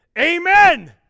amen